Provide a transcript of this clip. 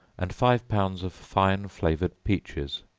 and five pounds of fine flavored peaches,